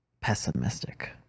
pessimistic